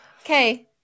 Okay